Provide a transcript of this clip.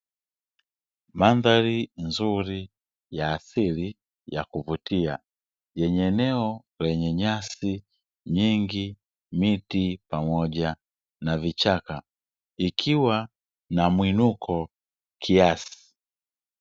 Mandhari nzuri ya asili ya kuvutia yenye eneo lenye nyasi nyingi miti pamoja na vichaka ikiwa na muinuko kiasi.